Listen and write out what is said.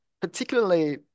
particularly